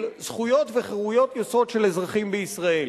זכויות וחירויות יסוד של אזרחים בישראל.